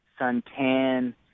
suntan